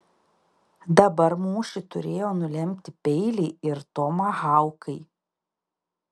dabar mūšį turėjo nulemti peiliai ir tomahaukai